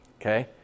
okay